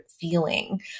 feeling